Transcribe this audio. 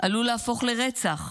עלולה להפוך לרצח.